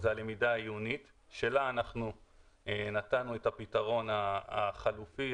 הלמידה העיונית שלה נתנו את הפתרון החלופי,